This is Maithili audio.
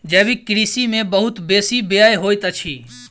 जैविक कृषि में बहुत बेसी व्यय होइत अछि